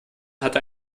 hatte